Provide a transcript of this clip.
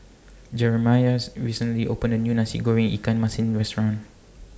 Jeramiah's recently opened A New Nasi Goreng Ikan Masin Restaurant